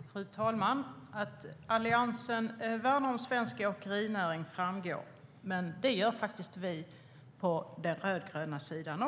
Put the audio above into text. STYLEREF Kantrubrik \* MERGEFORMAT Svar på interpellationerFru talman! Att Alliansen värnar om svensk åkerinäring framgår. Men det gör faktiskt också vi på den rödgröna sidan.